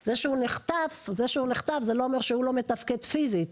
זה שהוא נחטף זה לא אומר שהוא לא מתפקד פיזית.